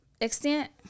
extent